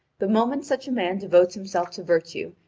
the moment such a man devotes himself to virtue,